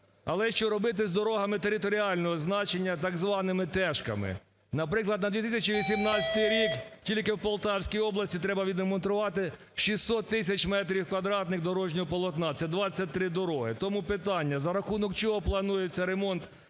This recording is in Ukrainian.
Але що робити з дорогами територіального значення, так званими "тешками". Наприклад, на 2018 рік тільки в Полтавській області треба відремонтувати 600 тисяч метрів квадратних дорожнього полотна, це 23 дороги. Тому питання: за рахунок чого планується ремонт